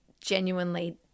genuinely